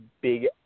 big